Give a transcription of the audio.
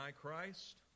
Christ